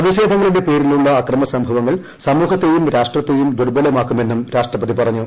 പ്രതിഷേധങ്ങളുടെ പേരിലുള്ള അക്രമസംഭവങ്ങൾ സമൂഹത്തെയും രാഷ്ട്രത്തെയും ദുർബലമാക്കുമെന്നും രാഷ്ട്രപതി പറഞ്ഞു